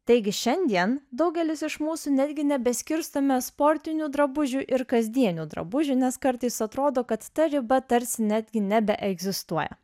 taigi šiandien daugelis iš mūsų netgi nebeskirstome sportinių drabužių ir kasdienių drabužių nes kartais atrodo kad ta riba tarsi netgi nebeegzistuoja